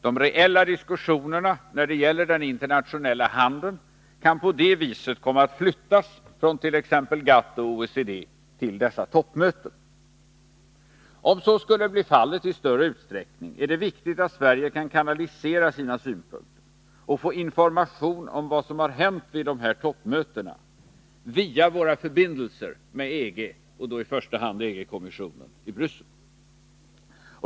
De reella diskussionerna när det gäller den internationella handeln kan på det viset komma att flyttas från t.ex. GATT och OECD till dessa toppmöten. Om så skall bli fallet i större utsträckning är det viktigt att Sverige kan kanalisera sina synpunkter och få information om vad som har hänt vid de här toppmötena via våra förbindelser med EG och då i första hand med EG-kommissionen i Bryssel.